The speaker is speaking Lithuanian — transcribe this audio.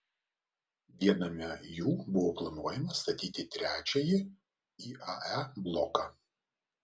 viename jų buvo planuojama statyti trečiąjį iae bloką